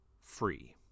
free